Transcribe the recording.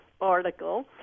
article